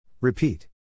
Repeat